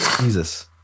Jesus